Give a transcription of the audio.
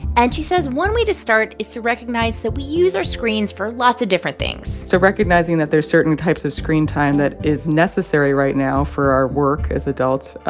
and she says one way to start is to recognize that we use our screens for lots of different things so recognizing that there's certain types of screen time that is necessary right now for our work as adults,